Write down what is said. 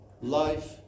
life